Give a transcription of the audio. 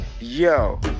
Yo